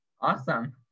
Awesome